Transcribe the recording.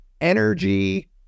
energy